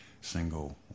single